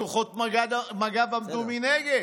כוחות מג"ב עמדו מנגד,